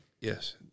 Yes